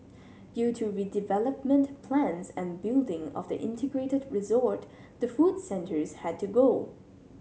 due to redevelopment plans and building of the integrated resort the food centres had to go